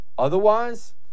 Otherwise